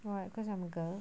why cause I'm a girl